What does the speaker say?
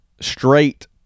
straight